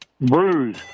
bruise